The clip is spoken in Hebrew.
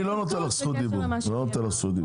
אני לא נותן לך זכות דיבור,